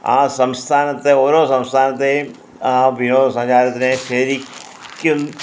ആ സംസ്ഥാനത്തെ ഓരോ സംസ്ഥാനത്തേയും ആ വിനോദസഞ്ചാരത്തിനെ ശരിക്കും